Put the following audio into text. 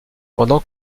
pendant